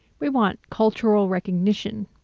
we want cultural recognition,